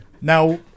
Now